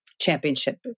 championship